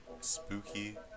spooky